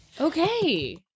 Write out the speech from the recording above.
okay